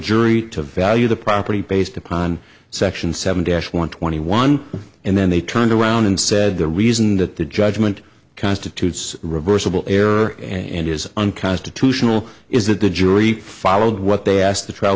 jury to value the property based upon section seven dash want twenty one and then they turned around and said the reason that the judgment constitutes reversible error and is unconstitutional is that the jury followed what they asked the trial